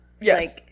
Yes